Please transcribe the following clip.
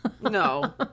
No